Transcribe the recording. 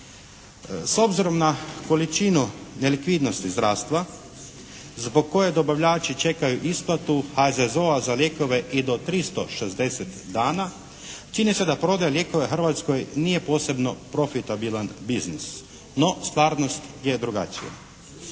S obzirom na količinu nelikvidnosti zdravstva zbog koje dobavljači čekaju isplatu HZZO-a za lijekove i do 360 dana, čini se da prodaja lijekova Hrvatskoj nije posebno profitabilan biznis, no stvarnost je drugačija.